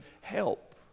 help